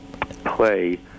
play